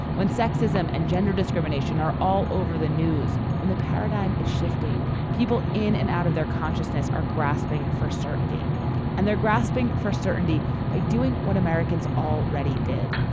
when sexism and gender discrimination are all over the news when the paradigm is shifting people in and out of their consciousness are grasping for certainty and they're grasping for certainty by doing what americans already did.